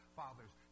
fathers